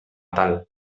tal